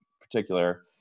particular